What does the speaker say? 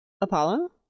Apollo